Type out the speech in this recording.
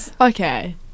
okay